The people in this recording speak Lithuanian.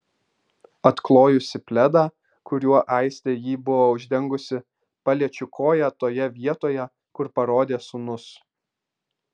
atklojusi pledą kuriuo aistė jį buvo uždengusi paliečiu koją toje vietoje kur parodė sūnus